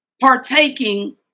partaking